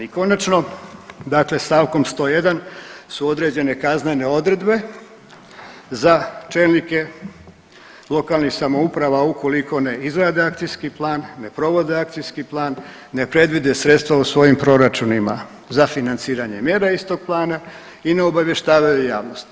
I konačno dakle stavkom 101. su određene kaznene odredbe za čelnike lokalnih samouprava ukoliko ne izrade akcijski plan, ne provode akcijski plan, ne predvide sredstva u svojim proračunima za financiranje mjera iz tog plana i ne obavještavaju javnost.